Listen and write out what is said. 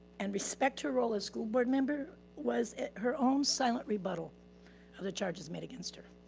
and respect her role as school board member was her own silent rebuttal of the charges made against her.